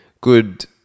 Good